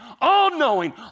all-knowing